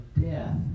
death